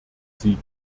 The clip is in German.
sie